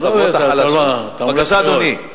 בבקשה, אדוני.